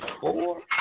four